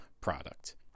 product